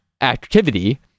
activity